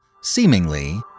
seemingly